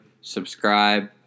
subscribe